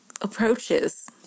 approaches